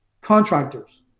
contractors